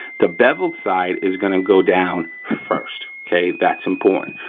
the beveled side is gonna go down first, okay, that's important.